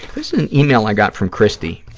this is an yeah e-mail i got from kristy,